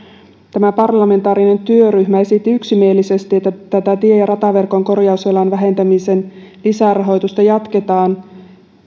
parlamentaarinen työryhmä esitti yksimielisesti että tie ja rataverkon korjausvelan vähentämisen lisärahoitusta jatketaan